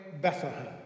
Bethlehem